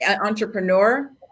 entrepreneur